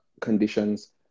conditions